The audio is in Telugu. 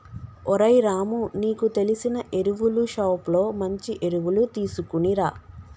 ఓరై రాము నీకు తెలిసిన ఎరువులు షోప్ లో మంచి ఎరువులు తీసుకునిరా